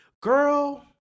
girl